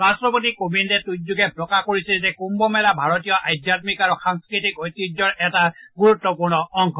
ৰাট্টপতি কোবিন্দে টুইটযোগে প্ৰকাশ কৰিছে যে কুম্ভমেলা ভাৰতীয় আধ্যামিক আৰু সাংস্কৃতিক ঐতিহ্যৰ এটা গুৰুত্বপূৰ্ণ অংশ